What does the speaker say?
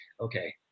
okay